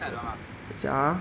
等一下 !huh!